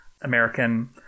American